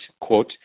quote